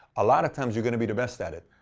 a lot of times you're going to be the best at it.